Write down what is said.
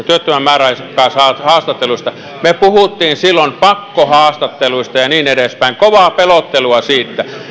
työttömän määräaikaishaastatteluista me puhuimme silloin pakkohaastatteluista ja niin edespäin kovaa pelottelua niistä